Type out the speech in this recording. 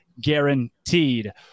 guaranteed